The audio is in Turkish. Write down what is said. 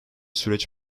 süreç